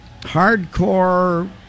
hardcore